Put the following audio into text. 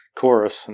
chorus